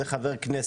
את זה אומר חבר כנסת.